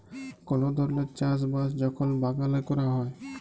call ধরলের চাষ বাস যখল বাগালে ক্যরা হ্যয়